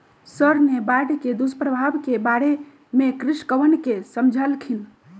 sir ने बाढ़ के दुष्प्रभाव के बारे में कृषकवन के समझल खिन